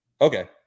Okay